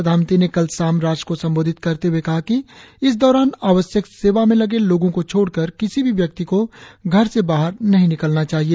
प्रधानमंत्री ने कल शाम राष्ट्र को संबोधित करते हुए कहा कि इस दौरान आवश्य्क सेवा में लगे लोगों को छोड़कर किसी भी व्यक्ति को घर से बाहर नहीं निकलना चाहिए